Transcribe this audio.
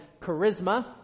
Charisma